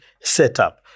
setup